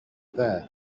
there